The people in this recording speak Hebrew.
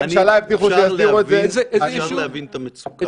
אפשר להבין את המצוקה.